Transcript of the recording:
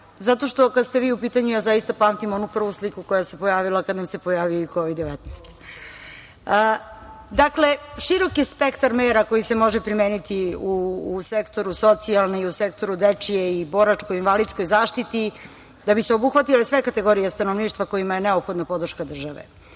zato što, kada ste vi u pitanju, ja zaista pamtim onu prvu sliku koja se pojavila kada nam se pojavio i Kovid-19.Dakle, širok je spektar mera koji se može primeniti u sektoru socijalne i u sektoru dečije i boračko-invalidskoj zaštiti da bi se obuhvatile sve kategorije stanovništva kojima je potrebna podrška države.